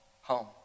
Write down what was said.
home